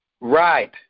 Right